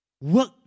Work